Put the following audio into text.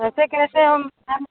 ऐसे कैसे हम मैम